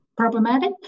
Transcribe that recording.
problematic